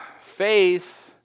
Faith